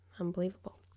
Unbelievable